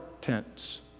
tents